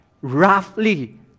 roughly